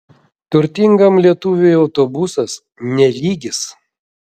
turtingam lietuviui autobusas ne lygis